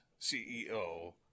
CEO